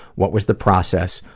what was the process,